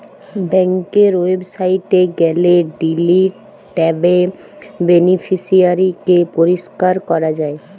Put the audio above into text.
বেংকের ওয়েবসাইটে গেলে ডিলিট ট্যাবে বেনিফিশিয়ারি কে পরিষ্কার করা যায়